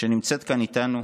שנמצאת כאן איתנו,